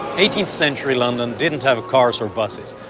eighteenth century london didn't have cars or buses,